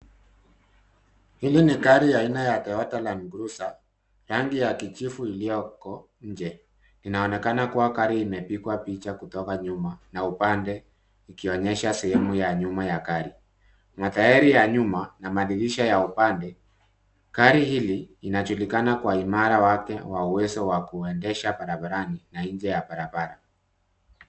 Hili ni gari aina ya Toyota Landcruiser , rangi ya kijivu iliyoko nje. Inaonekana kuwa gari imepigwa picha kutoka nyuma na upande ikionyesha sehemu ya nyuma ya gari, matairi ya nyuma na madirisha ya upande. Gari hili, inajulikana kwa imara wake wa uwezo wa kuendesha barabarani na nje wa barabara.